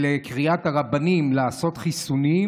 ולקריאת הרבנים לעשות חיסונים,